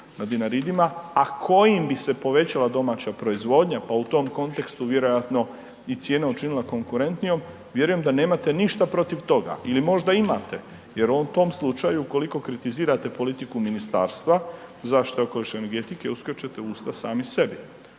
a kojim bi se povećala domaća proizvodnja, pa u tom kontekstu vjerojatno i cijena učinila konkurentnijom. Vjerujem da nemate ništa protiv toga ili možda imate jer u tom slučaju koliko kritizirate politiku Ministarstva zaštite okoliša i energetike uskačete u usta sami sebi.